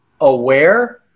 aware